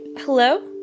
hello?